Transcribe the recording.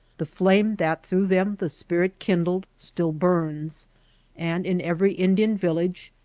the flame, that through them the spirit kindled, still burns and in every indian village,